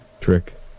Trick